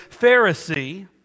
Pharisee